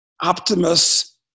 Optimus